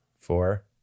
four